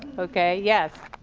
okay. yes.